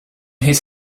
his